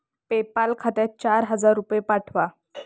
PayPal खात्यात चार हजार रुपये पाठवा